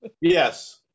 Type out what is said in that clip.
yes